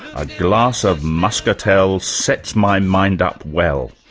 a glass of muscatel sets my mind up well.